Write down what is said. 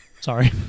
Sorry